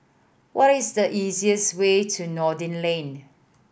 what is the easiest way to Noordin Lane